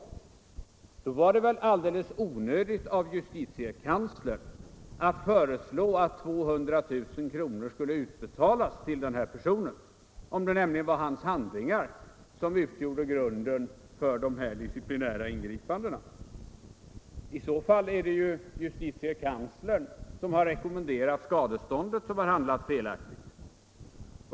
Då —- menar herr Mossberg - var det alldeles onödigt av justitiekanslern att föreslå att 200 000 kr. skulle utbetalas till den här personen, eftersom det var hans handlingar som utgjorde grunden för de disciplinära ingripandena. I så fall är det justitiekanslern, som har rekommenderat skadeståndet, som har handlat felaktigt.